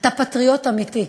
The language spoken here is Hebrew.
אתה פטריוט אמיתי.